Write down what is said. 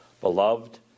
Beloved